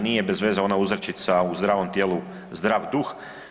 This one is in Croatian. Nije bez veze ona uzrečica „u zdravom tijelu, zdrav duh“